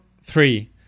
three